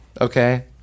Okay